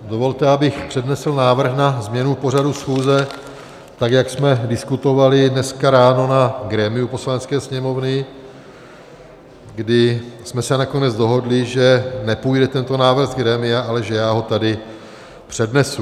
Dovolte, abych přednesl návrh na změnu pořadu schůze, tak jak jsme diskutovali dneska ráno na grémiu Poslanecké sněmovny, kdy jsme se nakonec dohodli, že nepůjde tento návrh z grémia, ale že já ho tady přednesu.